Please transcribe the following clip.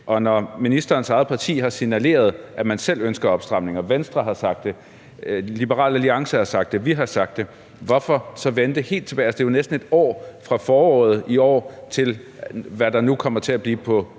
og når ministerens eget parti har signaleret, at man selv ønsker opstramninger, Venstre har sagt det, Liberal Alliance har sagt det, vi har sagt det, hvorfor så vente? Altså, det er jo næsten et år fra foråret i år til, hvad der nu kommer til at blive på